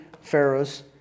Pharaoh's